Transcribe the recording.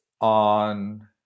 on